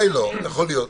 אולי לא, יכול להיות,